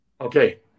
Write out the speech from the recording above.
Okay